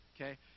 okay